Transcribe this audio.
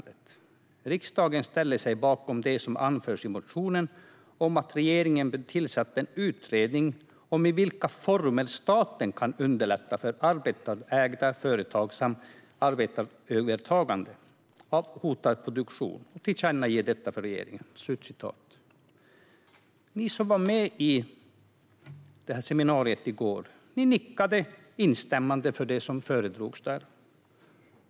Vi menar att riksdagen ska ställa sig "bakom det som anförs i motionen om att regeringen bör tillsätta en utredning om i vilka former staten kan underlätta för arbetstagarägda företag samt arbetstagarövertagande av hotad produktion och tillkännager detta för regeringen". Ni som var med på seminariet i går nickade instämmande till det som föredrogs.